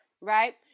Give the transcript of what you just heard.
Right